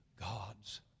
God's